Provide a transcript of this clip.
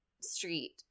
Street